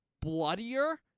bloodier